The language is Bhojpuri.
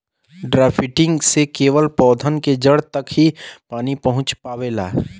ड्राफ्टिंग से केवल पौधन के जड़ तक ही पानी पहुँच पावेला